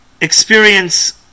experience